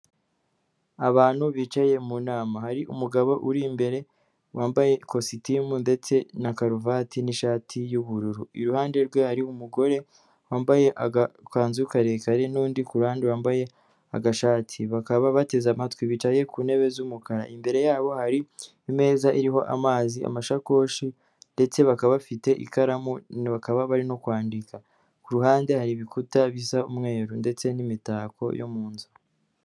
Abantu bicaye mu nama. Hari umugabo uri imbere wambaye ikositimu ndetse na karuvati n'ishati y'ubururu. Iruhande rwe hari umugore wambaye agakanzu karekare n'undi ku ruhande wambaye agashati. Bakaba bateze amatwi. Bicaye ku ntebe z'umukara. Imbere yabo hari imeza iriho amazi, amashakoshi ndetse bakaba bafite ikaramu none bakaba bari no kwandika. Ku ruhande hari ibikuta bisa umweru ndetse n'imitako yo mu nzu.